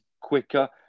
quicker